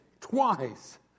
twice